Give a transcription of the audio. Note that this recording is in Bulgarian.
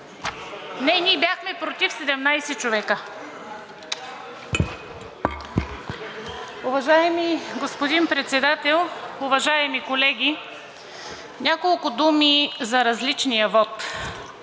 Не, ние бяхме против – 17 човека! Уважаеми господин Председател, уважаеми колеги! Няколко думи за различния вот